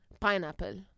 Pineapple